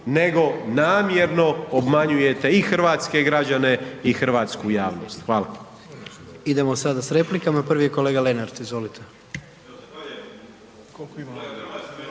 nego namjerno obmanjujete i hrvatske građane i hrvatsku javnost. Hvala. **Jandroković, Gordan (HDZ)** Idemo sada sa replikama. Prvi je kolega Lenart. Izvolite.